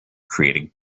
creating